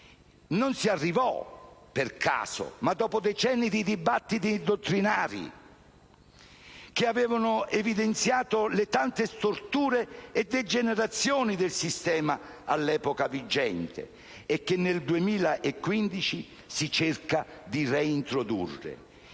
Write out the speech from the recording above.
non si arrivò per caso, ma dopo decenni di dibattiti dottrinari, che avevano evidenziato le tante storture e degenerazioni del sistema all'epoca vigente, e che nel 2015 si cerca di reintrodurre.